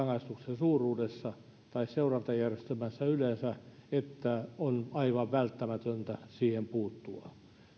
suuruudessa tai seurantajärjestelmässä yleensä että on aivan välttämätöntä siihen puuttua tässä